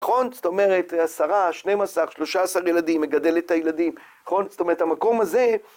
נכון זאת אומרת, עשרה, שנים עשר, שלושה עשר ילדים מגדל את הילדים נכון זאת אומרת המקום הזה